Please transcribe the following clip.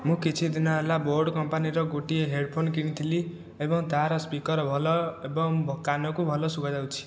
ମୁଁ କିଛି ଦିନ ହେଲା ବୋଟ୍ କମ୍ପାନୀର ଗୋଟିଏ ହେଡ଼ଫୋନ କିଣିଥିଲି ଏବଂ ତାର ସ୍ପିକର ଭଲ ଏବଂ କାନକୁ ଭଲ ଶୁଭାଯାଉଛି